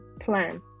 plan